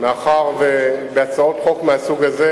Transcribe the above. מאחר שבהצעות חוק מהסוג הזה,